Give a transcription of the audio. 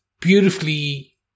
beautifully